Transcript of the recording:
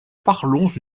parlons